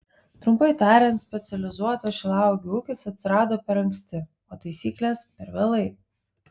trumpai tariant specializuotas šilauogių ūkis atsirado per anksti o taisyklės per vėlai